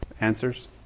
answers